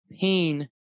pain